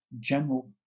general